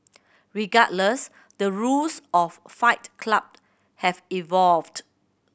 regardless the rules of Fight Club have evolved